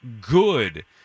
good